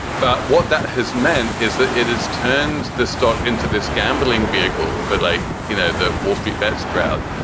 but what that has meant is that it has turned the stock into this gambling vehicle for, like, you know, that wall street bets crowd.